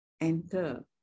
enter